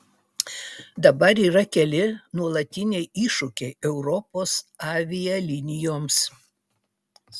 dabar yra keli nuolatiniai iššūkiai europos avialinijoms